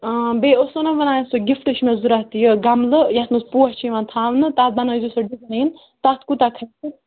آ بیٚیہِ اوسو نا وَنان سُہ گِفٹٕچ مےٚ ضوٚرَتھ یہِ گَملہٕ یَتھ منٛز پوش چھِ یِوان تھاونہٕ تَتھ بَنٲیِزیٚو سُہ ڈِزایِن تَتھ کوٗتاہ کھسہِ